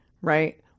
right